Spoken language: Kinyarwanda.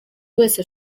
wese